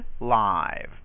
live